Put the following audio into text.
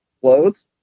clothes